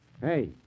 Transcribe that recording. Hey